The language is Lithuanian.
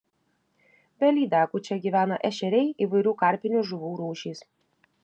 be lydekų čia gyvena ešeriai įvairių karpinių žuvų rūšys